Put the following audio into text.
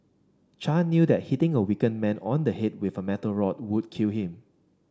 Chan knew that hitting a weakened man on the head with a metal rod would kill him